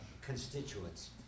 constituents